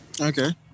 okay